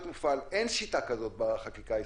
מופעל אין שיטה כזאת בחקיקה הישראלית.